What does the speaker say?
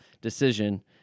decision